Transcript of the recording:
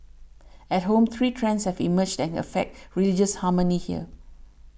at home three trends have emerged that can affect religious harmony here